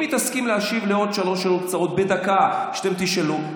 אם היא תסכים להשיב על עוד שלוש שאלות קצרות בדקה שאתם תשאלו,